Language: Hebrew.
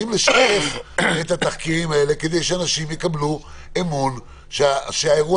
לשקף את התחקירים האלה כדי שאנשים יקבלו אמון שהאירוע